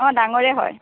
অঁ ডাঙৰেই হয়